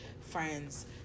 friends